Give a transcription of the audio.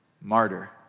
martyr